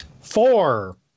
Four